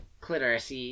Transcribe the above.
clitoris